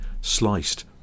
sliced